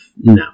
No